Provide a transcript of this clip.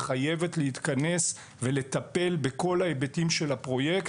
חייבת להתכנס ולטפל בכל ההיבטים של הפרויקט.